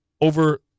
Over